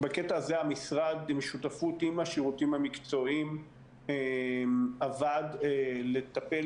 בקטע הזה המשרד עם שותפות עם השירותים המקצועיים עבד לטפל